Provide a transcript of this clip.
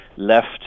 left